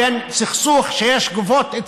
ובין סכסוך שיש גופות.